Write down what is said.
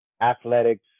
athletics